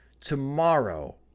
tomorrow